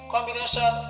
Combination